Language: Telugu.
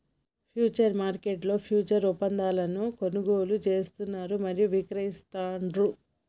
ఫ్యూచర్స్ మార్కెట్లో ఫ్యూచర్స్ ఒప్పందాలను కొనుగోలు చేస్తారు మరియు విక్రయిస్తాండ్రు